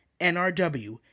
NRW